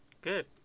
Good